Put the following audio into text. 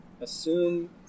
assume